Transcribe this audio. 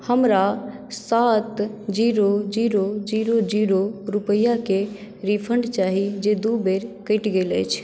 हमरा सात zero zero zero zero रुपैआके रिफन्ड चाही जे दू बेर कटि गेल अछि